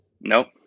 Nope